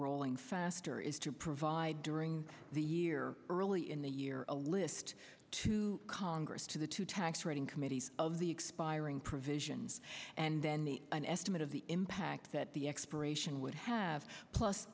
rolling faster is to provide during the year early in the year a list to congress to the two tax writing committee of the expiring provisions and then an estimate of the impact that the expiration would have plus